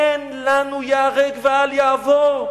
אין לנו "ייהרג ואל יעבור"?